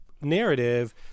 narrative